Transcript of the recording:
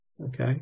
Okay